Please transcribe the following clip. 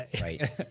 right